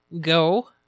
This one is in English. Go